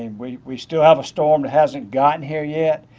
and we we still have a storm that hasn't got here yet.